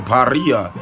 Paria